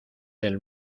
del